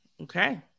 Okay